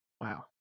wow